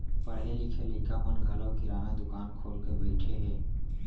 पढ़े लिखे लइका मन घलौ किराना दुकान खोल के बइठे हें